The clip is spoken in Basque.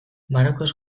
marokoz